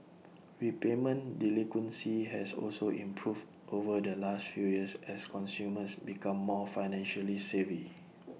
repayment delinquency has also improved over the last few years as consumers become more financially savvy